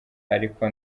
ariko